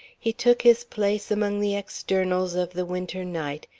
he took his place among the externals of the winter night,